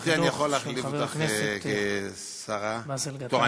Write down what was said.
גברתי, אני יכול להחליף אותך כשרה תורנית,